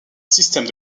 système